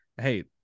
hey